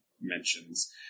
mentions